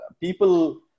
people